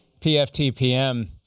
PFTPM